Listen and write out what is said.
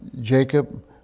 Jacob